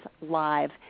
live